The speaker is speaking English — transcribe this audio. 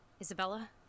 Isabella